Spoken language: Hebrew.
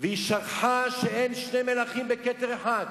היא שכחה שאין שני מלכים בכתר אחד.